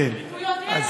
הוא יודע למה,